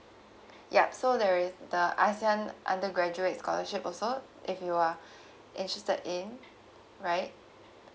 yup so there is a the asean undergraduate scholarship also if you are interested in right